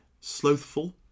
slothful